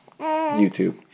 youtube